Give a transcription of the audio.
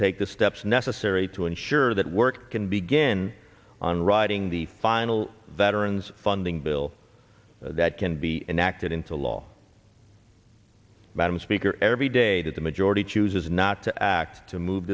take the steps necessary to ensure that work can begin on writing the final veterans funding bill that can be enacted into law madam speaker every day that the majority chooses not to act to move